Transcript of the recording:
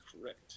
correct